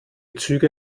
züge